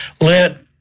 let